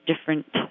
different